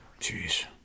Jeez